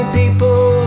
people